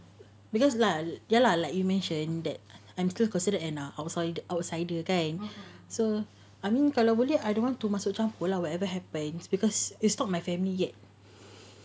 because lah ya lah like you mention that I'm still considered an uh outside outsider kan so I mean kalau boleh I don't want to masuk campur lah whatever happens because it's not my family yet